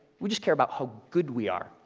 we just care about how good we are,